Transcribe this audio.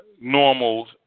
normal